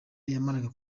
yamaraga